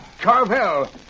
Carvel